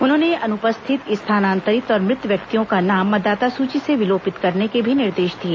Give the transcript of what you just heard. उन्होंने अनुपस्थित स्थानांतरित और मृत व्यक्तियों का नाम मतदाता सूची से विलोपित करने के भी निर्देश दिए